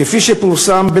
כפי שפורסם,